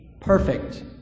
perfect